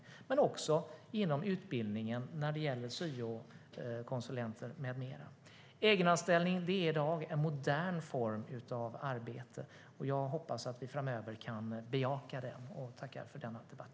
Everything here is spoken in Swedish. Men det behövs också inom utbildningen, hos syokonsulenter med mera. Egenanställning är i dag en modern form av arbete. Jag hoppas att vi framöver kan bejaka det och tackar för denna debatt.